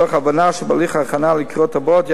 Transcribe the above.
מתוך הבנה שבהליך ההכנה לקריאות הבאות,